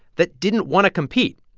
that didn't want to compete.